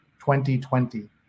2020